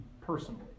personally